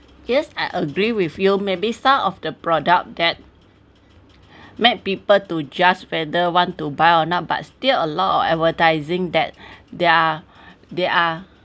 yes I agree with you maybe some of the product that make people to just whether want to buy or not but still a lot of advertising that they are they are